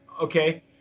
Okay